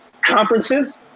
conferences –